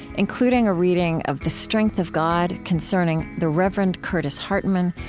including a reading of the strength of god, concerning the reverend curtis hartman,